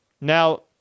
Now